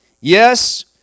Yes